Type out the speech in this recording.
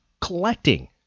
collecting